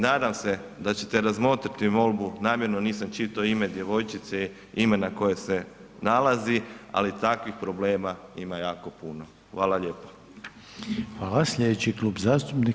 Nadam se da ćete razmotriti molbu, namjerno nisam čitao ime djevojčice, imena koje se nalazi, ali takvih problema ima jako puno.